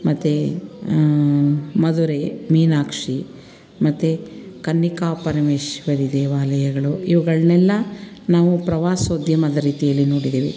ಮತ್ತು ಮಧುರೈ ಮೀನಾಕ್ಷಿ ಮತ್ತು ಕನ್ನಿಕಾ ಪರಮೇಶ್ವರಿ ದೇವಾಲಯಗಳು ಇವುಗಳನ್ನೆಲ್ಲ ನಾವು ಪ್ರವಾಸೋದ್ಯಮದ ರೀತಿಯಲ್ಲಿ ನೋಡಿದ್ದೀವಿ